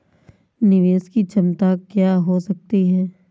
निवेश की क्षमता क्या हो सकती है?